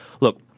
Look